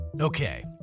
Okay